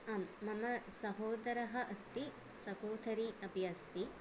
आं मम सहोदरः अस्ति सहोदरी अपि अस्ति